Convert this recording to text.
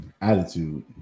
Attitude